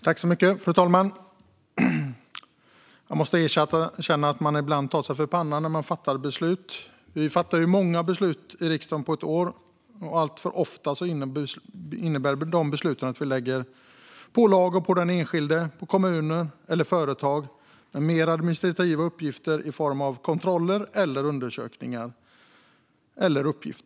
Fru talman! Jag måste erkänna att man ibland tar sig för pannan när man fattar beslut. Vi fattar ju många beslut i riksdagen på ett år, och alltför ofta innebär de besluten att vi lägger pålagor på den enskilde, på kommuner eller på företag, med mer administrativa uppgifter i form av kontroller eller undersökningar.